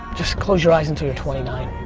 just close your eyes until you're twenty nine.